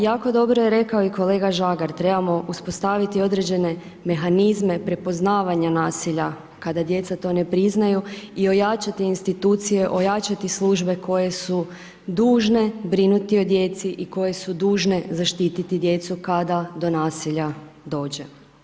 Jako dobro je rekao i kolega Žagar, trebamo uspostaviti određene mehanizme, prepoznavanja nasilja kada djeca to ne priznaju i ojačati institucije, ojačati službe koje su dužne brinuti o djeci i koje su dužne zaštiti djecu kada do nasilja dođe.